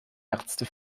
ärzte